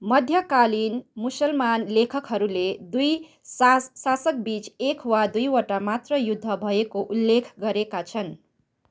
मध्यकालीन मुसलमान लेखकहरूले दुई सा शासकबिच एक वा दुईवटा मात्र युद्ध भएको उल्लेख गरेका छन्